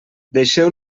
deixeu